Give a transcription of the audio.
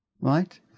right